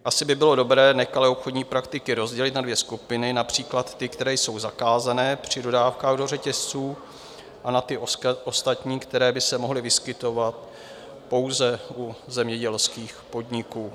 Asi by bylo dobré nekalé obchodní praktiky rozdělit na dvě skupiny například ty, které jsou zakázány při dodávkách do řetězců, a na ty ostatní, které by se mohly vyskytovat pouze u zemědělských podniků.